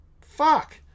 Fuck